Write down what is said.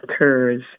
occurs